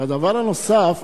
ודבר נוסף,